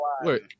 Wait